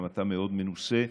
אתה גם מאוד מנוסה,